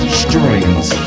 strings